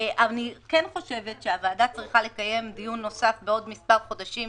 אני כן חושבת שהוועדה צריכה לקיים דיון נוסף בעוד מספר חודשים